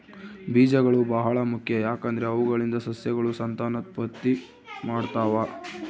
ಬೀಜಗಳು ಬಹಳ ಮುಖ್ಯ, ಯಾಕಂದ್ರೆ ಅವುಗಳಿಂದ ಸಸ್ಯಗಳು ಸಂತಾನೋತ್ಪತ್ತಿ ಮಾಡ್ತಾವ